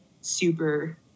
super